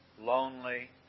lonely